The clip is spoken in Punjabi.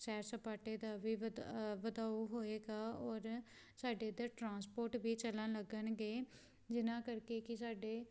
ਸੈਰ ਸਪਾਟੇ ਦਾ ਵੀ ਵਧਾ ਵਧਾਓ ਹੋਏਗਾ ਔਰ ਸਾਡੇ ਇੱਧਰ ਟਰਾਂਸਪੋਰਟ ਵੀ ਚੱਲਣ ਲੱਗਣਗੇ ਜਿਹਨਾਂ ਕਰਕੇ ਕਿ ਸਾਡੇ